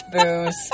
booze